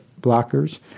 blockers